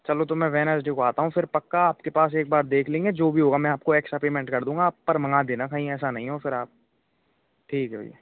चलो तो मैं वेडनेसडे को आता हूँ फिर पक्का आपके पास एक बार देख लेंगे जो भी होगा मैं आपको एक्स्ट्रा पेमेंट कर दूंगा आप पर मंगा देना कहीं एसा नहीं हो फिर आप ठीक है भैया